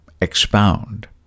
expound